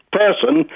person